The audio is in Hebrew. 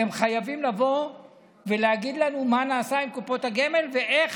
הם חייבים להגיד לנו מה נעשה עם קופות הגמל ואיך